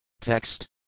Text